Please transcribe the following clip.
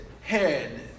head